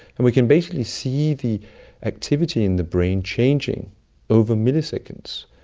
and we can basically see the activity in the brain changing over milliseconds,